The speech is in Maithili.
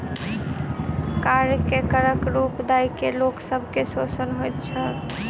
अवेत्निया कार्य के करक रूप दय के लोक सब के शोषण होइत छल